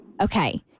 Okay